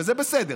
וזה בסדר,